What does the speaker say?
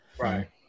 Right